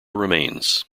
remains